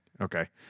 Okay